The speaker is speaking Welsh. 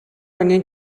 angen